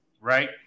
right